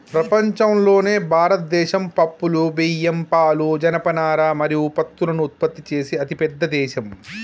ప్రపంచంలోనే భారతదేశం పప్పులు, బియ్యం, పాలు, జనపనార మరియు పత్తులను ఉత్పత్తి చేసే అతిపెద్ద దేశం